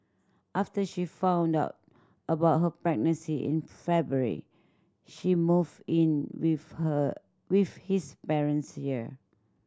after she found out about her pregnancy in February she move in with her with his parents here